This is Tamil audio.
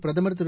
பிரதமர் திரு